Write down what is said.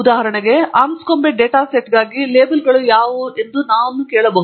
ಉದಾಹರಣೆಗೆ Anscombe data ಸೆಟ್ಗಾಗಿ ಲೇಬಲ್ಗಳು ಯಾವುವು ಎಂದು ನಾವು ಕೇಳಬಹುದು